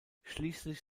schließlich